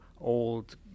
old